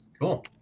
cool